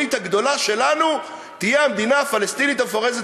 הביטחונית הגדולה שלנו תהיה המדינה הפלסטינית המפורזת,